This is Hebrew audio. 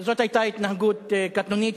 זאת היתה התנהגות קטנונית,